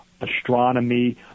astronomy